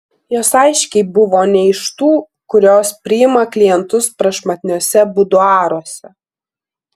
jos aiškiai buvo ne iš tų kurios priima klientus prašmatniuose buduaruose